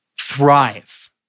thrive